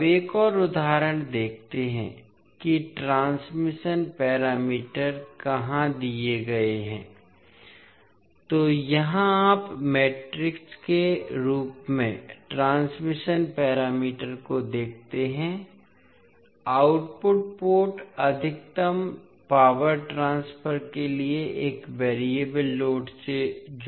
अब एक और उदाहरण देखते हैं कि ट्रांसमिशन पैरामीटर कहाँ दिए गए हैं तो यहां आप मैट्रिक्स के रूप में ट्रांसमिशन पैरामीटर को देखते हैं आउटपुट पोर्ट अधिकतम पावर ट्रांसफर के लिए एक वेरिएबल लोड से जुड़ा होता है